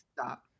Stop